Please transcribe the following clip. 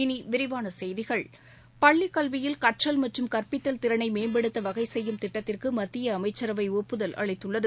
இனி விரிவான செய்திகள் பள்ளி கல்வியில் கற்றல் மற்றும் கற்பித்தல் திறனை மேம்படுத்த வகை செய்யும் திட்டத்திற்கு மத்திய அமைச்சரவை ஒப்புதல் அளித்துள்ளது